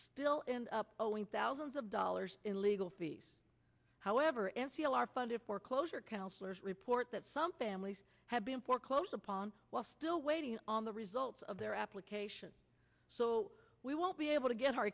still end up owing thousands of dollars in legal fees however in c l r funded foreclosure counselors report that some families have been foreclosed upon while still waiting on the results of their application so we won't be able to get our